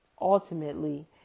Ultimately